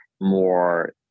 more